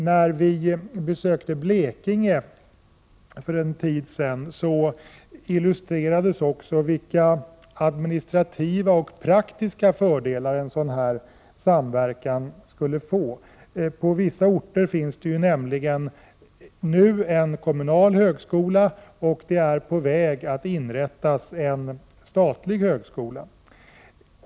När vi besökte Blekinge för en tid sedan illustrerades också vilka administrativa och praktiska fördelar en sådan samverkan skulle medföra. På vissa orter finns det en kommunal högskola samtidigt som det håller på att inrättas en statlig högskola.